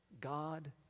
God